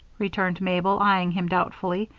returned mabel, eyeing him doubtfully,